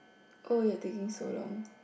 oh you're taking so long